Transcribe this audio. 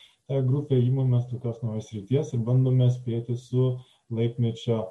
grupė imamės tokios naujos srities bandome spėti su laikmečio